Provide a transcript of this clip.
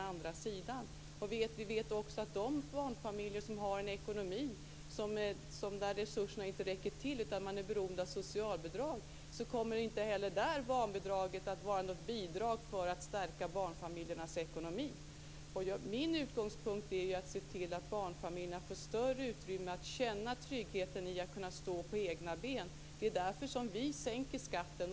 Inte heller i de barnfamiljer vars resurser inte räcker till utan som är beroende av socialbidrag kommer barnbidragshöjningen att förstärka ekonomin. Min utgångspunkt är att barnfamiljerna skall få ett större utrymme, där de kan känna tryggheten i att kunna stå på egna ben. Det är därför som vi sänker skatten.